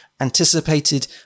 anticipated